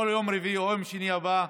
או ביום רביעי או ביום שני הבא,